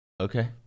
Okay